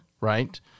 Right